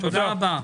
תודה רבה.